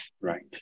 right